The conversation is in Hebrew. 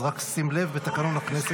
אז רק שים לב, בתקנון הכנסת.